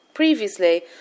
Previously